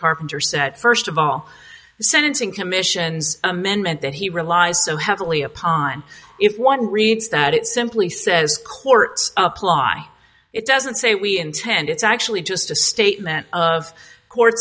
carpenter set first of all sentencing commission's amendment that he relies so heavily upon if one reads that it simply says courts apply it doesn't say we intend it's actually just a statement of cour